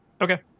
Okay